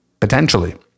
potentially